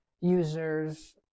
users